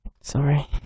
sorry